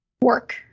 work